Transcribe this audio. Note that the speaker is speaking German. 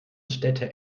städte